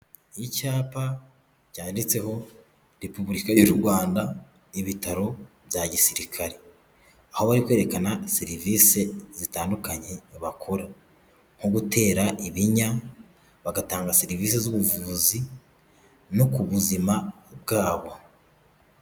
Icyapa cyanditseho Repubulika y'u Rwanda, ibitaro bya gisirikare. Aho bari kwerekana serivisi zitandukanye bakora. Nko gutera ibinya, bagatanga serivisi z'ubuvuzi no ku buzima bwabo.